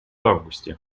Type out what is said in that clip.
августе